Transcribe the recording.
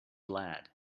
lad